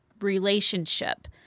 relationship